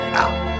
out